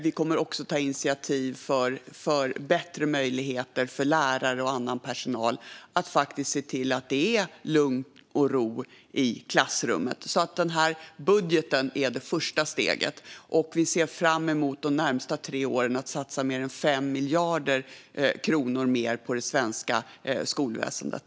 Vi kommer också att ta initiativ för bättre möjligheter för lärare och annan personal att se till att det är lugn och ro i klassrummet. Budgeten är första steget, och vi ser under de närmaste tre åren fram emot att satsa ytterligare mer än 5 miljarder kronor på det svenska skolväsendet.